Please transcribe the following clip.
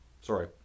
sorry